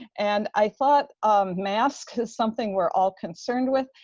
and i thought masks is something we're all concerned with,